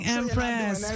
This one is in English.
Empress